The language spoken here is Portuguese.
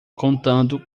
contando